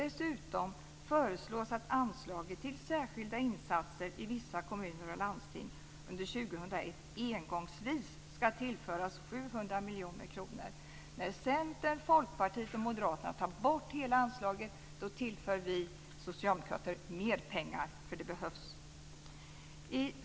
Dessutom föreslås att anslaget till särskilda insatser i vissa kommuner och landsting under 2001 engångsvis ska tillföras 700 miljoner kronor. När Centern, Folkpartiet och Moderaterna tar bort hela anslaget tillför vi socialdemokrater mer pengar, för det behövs.